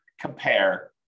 compare